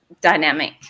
dynamic